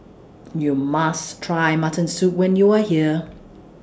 YOU must Try Mutton Soup when YOU Are here